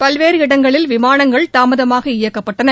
பல்வேறு இடங்களில் விமானங்கள் தாமதமாக இயக்கப்பட்டன